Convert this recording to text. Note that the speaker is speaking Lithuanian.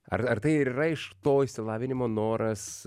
ar ar tai ir yra iš to išsilavinimo noras